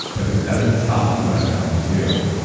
but this doesn't stop what i've come to do.